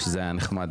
שזה היה נחמד.